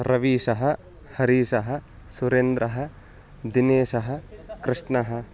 रवीशः हरीशः सुरेन्द्रः दिनेशः कृष्णः